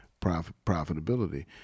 profitability